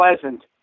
pleasant